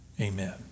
amen